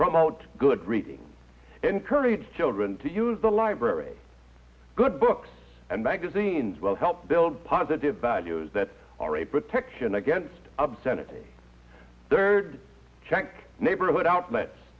promote good reading encourage children to use the library good books and magazines well help build positive values that are a protection against obscenity third check neighborhood outlets